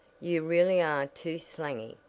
you really are too slangy.